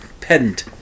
pedant